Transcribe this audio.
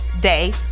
day